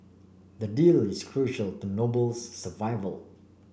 the deal is crucial to Noble's survival